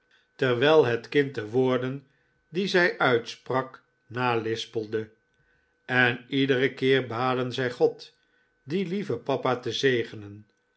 terwijl het kind de woorden die zij uitsprak nalispelde en iederen keer baden zij god dien lieven papa te zegenen